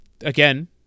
Again